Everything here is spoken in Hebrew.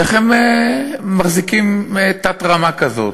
איך הם מחזיקים תת-רמה כזאת,